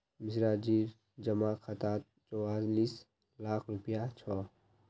मिश्राजीर जमा खातात चौवालिस लाख रुपया छ